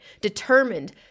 determined